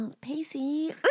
Pacey